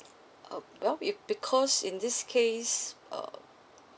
uh well if because in this case uh